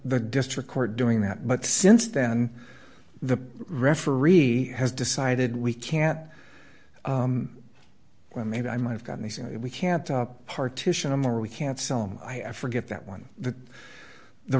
the district court doing that but since then the referee has decided we can't well maybe i might have got these you know we can't partition him or we can't sell him i forget that one the the